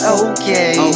okay